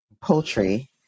poultry